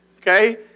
Okay